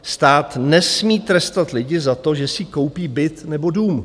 Stát nesmí trestat lidi za to, že si koupí byt nebo dům.